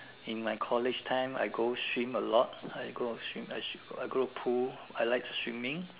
in my college time I go swim a lot I go swim I go to pool I like swimming